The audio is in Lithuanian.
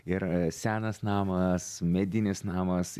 ir senas namas medinis namas